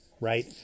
right